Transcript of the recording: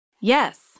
Yes